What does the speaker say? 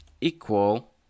equal